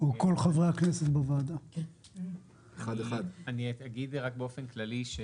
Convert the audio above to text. אני אגיד באופן כללי,